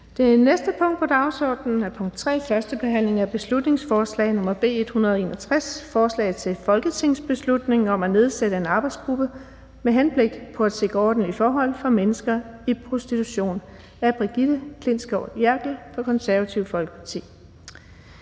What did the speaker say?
Det næste punkt på dagsordenen er: 3) 1. behandling af beslutningsforslag nr. B 161: Forslag til folketingsbeslutning om at nedsætte en arbejdsgruppe med henblik på at sikre ordentlige forhold for mennesker i prostitution. Af Brigitte Klintskov Jerkel (KF) m.fl.